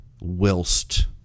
whilst